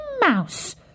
mouse